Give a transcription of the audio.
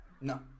no